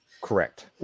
Correct